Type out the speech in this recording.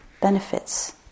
benefits